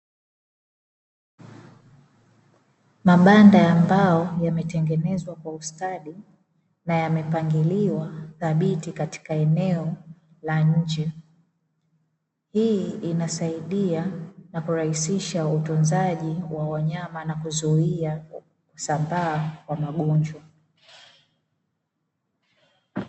Mabanda ya mbao yametengenezwa kwa ustadi, na yamepangiliwa thabiti katika eneo la nje. Hii inasaidia na kurahisisha utunzaji wa wanyama na kuzuia kusambaa kwa magonjwa.